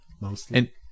mostly